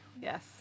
Yes